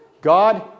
God